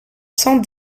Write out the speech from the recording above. cent